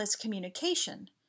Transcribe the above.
communication